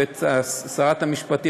ואת שרת המשפטים,